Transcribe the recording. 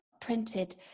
printed